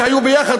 שהיו ביחד,